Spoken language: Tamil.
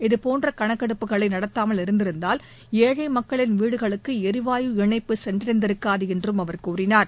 இதுபோன்ற கணக்கெடுப்புகளை நடத்தாமல் இருந்திருந்தால் ஏழை மக்களின் வீடுகளுக்கு எரிவாயு இணைப்பு சென்றடைந்திருக்காது என்று அவர் கூறினார்